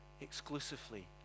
exclusively